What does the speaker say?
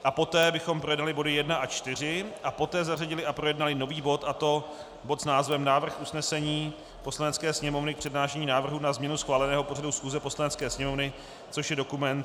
A poté bychom projednali body 1 až 4 a poté zařadili a projednali nový bod, a to bod s názvem Návrh usnesení Poslanecké sněmovny k přednášení návrhů na změnu schváleného pořadu schůze Poslanecké sněmovny, což je dokument 4381.